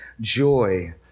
Joy